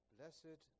Blessed